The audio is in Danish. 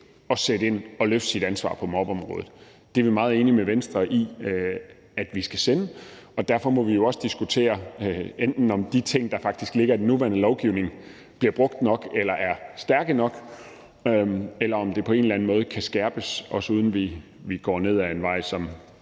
at sætte ind og løfte sit ansvar på mobbeområdet, er vi meget enige med Venstre i at vi skal sende. Og derfor må vi jo også diskutere, enten om de ting, der faktisk ligger i den nuværende lovgivning, bliver brugt nok eller er stærke nok, eller om det på en eller anden måde kan skærpes, også uden at vi går ned ad en vej –